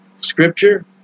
Scripture